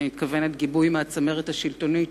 אני מתכוונת גיבוי מהצמרת השלטונית,